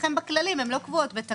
אצלכם בכללים, הם לא קבועות בתקנות.